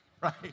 right